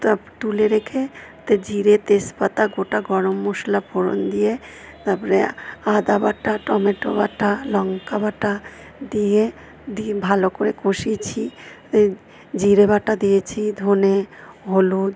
তাপ তুলে রেখে তে জিরে তেজপাতা গোটা গরম মশলা ফোঁড়ন দিয়ে তারপরে আদা বাঁটা টমেটো বাঁটা লঙ্কা বাঁটা দিয়ে দিয়ে ভালো করে কষিয়েছি জিরে বাঁটা দিয়েছি ধনে হলুদ